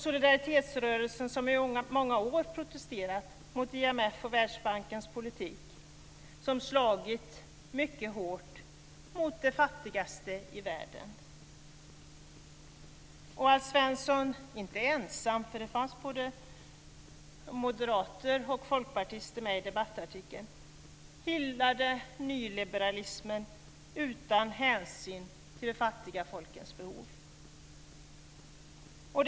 Solidaritetsrörelsen har i många år protesterat mot IMF:s och Världsbankens politik som slagit mycket hårt mot de fattigaste i världen. Alf Svensson är inte ensam. Det fanns både moderater och folkpartister som stödde debattartikeln och hyllade nyliberalismen utan hänsyn till de fattiga folkens behov.